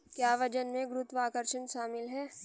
क्या वजन में गुरुत्वाकर्षण शामिल है?